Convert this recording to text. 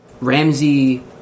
Ramsey